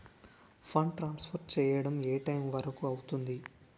Fund transfer చేయడం ఏ time వరుకు అవుతుంది?